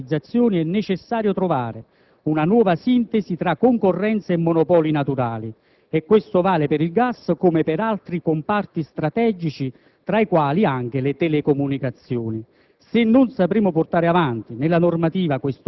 Coerentemente con una sana politica di liberalizzazioni è necessario trovare una nuova sintesi tra concorrenza e monopoli naturali, e questo vale per il gas come per altri comparti strategici, tra i quali anche le telecomunicazioni.